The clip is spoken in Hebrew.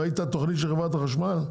ראית את התוכנית של חברת החשמל,